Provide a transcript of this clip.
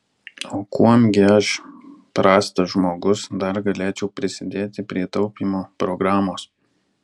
o kuom gi aš prastas žmogus dar galėčiau prisidėti prie taupymo programos